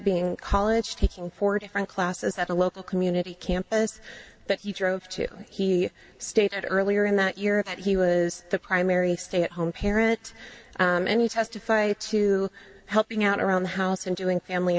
being college taking four different classes at a local community campus that you drove to he stated earlier in that year if he was the primary stay at home parent and he testified to helping out around the house and doing family